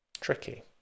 Tricky